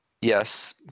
Yes